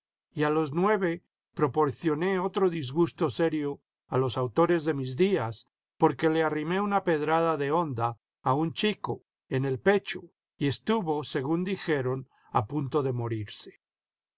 a los nueve proporcioné otro disgusto serio a los autores de mis días porque le arrimé una pedrada de honda a un chico en el pecho y estuvo según dijeron a punto de morirse